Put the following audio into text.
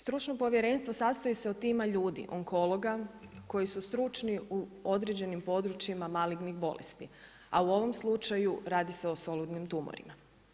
Stručno povjerenstvo sastoji se od tima ljudi, onkologa koji su stručni u određenim područjima malignih bolesti a u ovom slučaju radi se o soludnim tumorima.